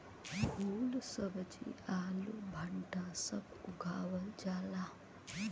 फूल सब्जी आलू भंटा सब उगावल जाला